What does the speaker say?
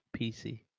PC